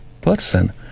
person